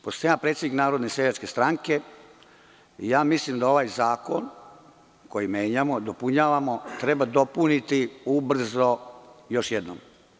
Pošto sam ja predsednik Narodne seljačke stranke, ja mislim da ovaj zakon koji menjamo, dopunjavamo treba dopuniti ubrzo još jednim.